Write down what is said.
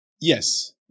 Yes